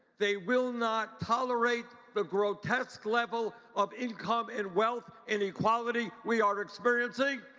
they will not tolerate the grotesque level of income and wealth and equality we are experiencing.